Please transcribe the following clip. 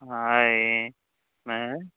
ହଏ ହେଁ